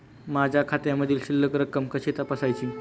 माझ्या खात्यामधील शिल्लक रक्कम कशी तपासायची?